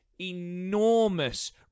enormous